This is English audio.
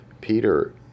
Peter